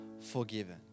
forgiven